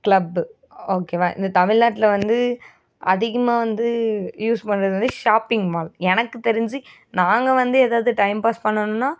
club ஓகேவா இந்த தமிழ்நாட்டில் வந்து அதிகமாக வந்து யூஸ் பண்ணுறது வந்து ஷாப்பிங் மால் எனக்கு தெரிஞ்சு நாங்கள் வந்து எது எது டைம் பாஸ் பண்ணணுன்னா